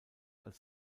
als